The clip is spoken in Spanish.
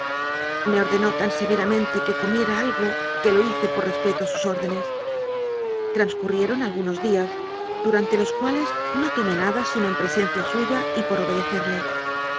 me ordenó tan severamente que comiera algo que lo hice por respeto a sus órdenes trans currieron algunos días durante los cuales no tomé nada sino en presencia suya y por obedecerle